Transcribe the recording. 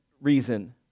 reason